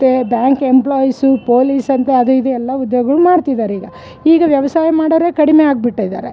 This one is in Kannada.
ಮತ್ತು ಬ್ಯಾಂಕ್ ಎಂಪ್ಲಾಯೀಸು ಪೊಲೀಸ್ ಅಂತೆ ಅದು ಇದು ಎಲ್ಲ ಉದ್ಯೋಗಗಳು ಮಾಡ್ತಿದ್ದಾರೆ ಈಗ ಈಗ ವ್ಯವಸಾಯ ಮಾಡೋರೆ ಕಡಿಮೆ ಆಗ್ಬಿಟ್ಟಿದ್ದಾರೆ